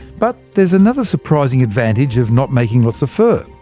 but there's another surprising advantage of not making lots of fur.